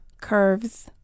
Curves